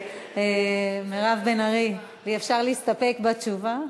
מירב בן ארי, אפשר להסתפק בתשובה?